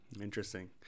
Interesting